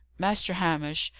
master hamish,